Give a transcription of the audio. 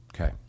Okay